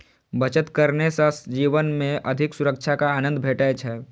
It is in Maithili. बचत करने सं जीवन मे अधिक सुरक्षाक आनंद भेटै छै